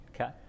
Okay